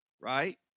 right